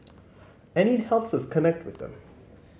and it helps us connect with them